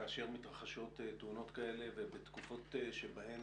כאשר מתרחשות תאונות כאלה ובתקופות בהן